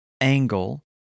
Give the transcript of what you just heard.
angle